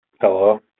Hello